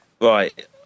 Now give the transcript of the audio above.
Right